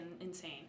insane